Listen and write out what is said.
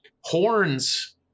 Horns